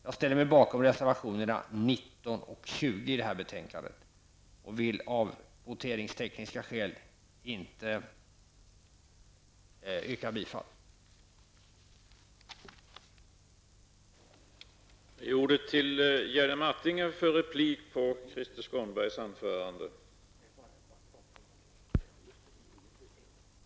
Jag ställer mig bakom reservationerna 19 och 20 i betänkandet men vill av voteringstekniska skäl inte yrka bifall till dem.